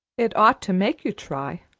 it ought to make you try,